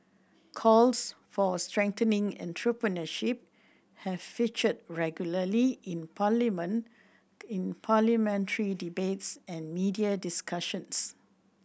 calls for strengthening entrepreneurship have featured regularly in parliament in parliamentary debates and media discussions